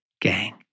gang